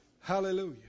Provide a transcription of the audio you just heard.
Hallelujah